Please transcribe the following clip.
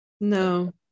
No